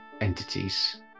entities